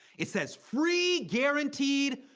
it says, free guaranteed.